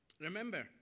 Remember